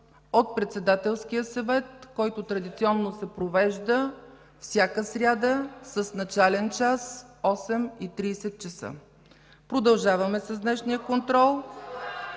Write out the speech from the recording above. от Председателския съвет, който традиционно се провежда всяка сряда с начален час 8,30 ч. Продължаваме с днешния контрол.